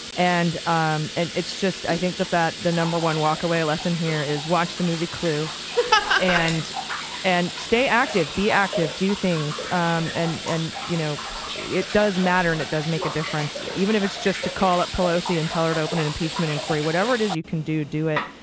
and um and i think that that the number one walkaway lesson here is watch the movie clue and and stay active. be active. do things. um and and you know it does matter and it does make a difference, even if it's just to call up pelosi and tell her to open an impeachment inquiry. whatever it is you can do, do it.